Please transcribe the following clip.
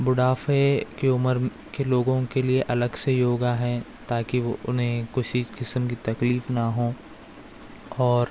بڑھاپے کے عمر کے لوگوں کے لیے الگ سے یوگا ہیں تاکہ وہ انہیں کسی قسم کی تکلیف نہ ہوں اور